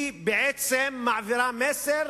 היא בעצם מעבירה מסר